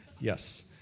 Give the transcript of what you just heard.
Yes